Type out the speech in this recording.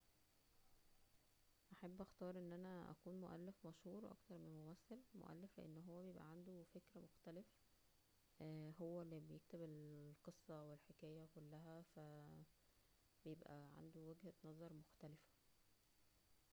احب اختار ان انا اكون مؤلف مشهور اكتر من ممثل, مؤلف لان هو بيبقى عنده فكر مختلف اه هو اللى بيكتب ال-القصة والحكاية, ببقى عنده وجهه نظر مختلفة